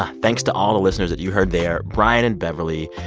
ah thanks to all the listeners that you heard there brian and beverley,